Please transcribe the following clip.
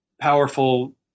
powerful